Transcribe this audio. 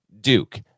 Duke